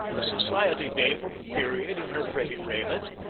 the society dame of the period, in her pretty raiment,